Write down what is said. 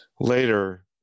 later